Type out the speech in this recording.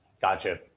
Gotcha